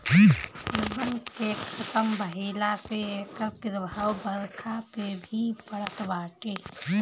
वन के खतम भइला से एकर प्रभाव बरखा पे भी पड़त बाटे